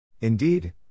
Indeed